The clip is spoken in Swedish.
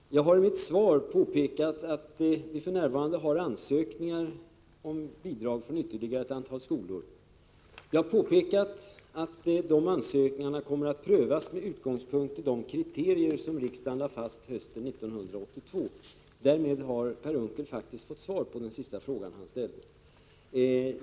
Herr talman! Jag har i mitt svar påpekat att vi för närvarande har ansökningar om bidrag från ytterligare ett antal skolor. Jag har vidare påpekat att de ansökningarna kommer att prövas med utgångspunkt i de kriterier som riksdagen lade fast hösten 1982. Därmed har Per Unckel fått svar på den fråga som han ställde sist.